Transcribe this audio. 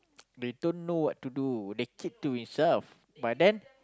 they don't know what to do they keep to himself but then